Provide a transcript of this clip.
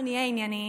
אנחנו נהיה ענייניים,